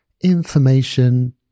information